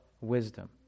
wisdom